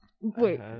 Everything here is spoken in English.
Wait